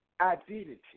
identity